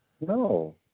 no